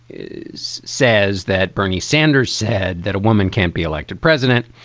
is says that bernie sanders said that a woman can't be elected president.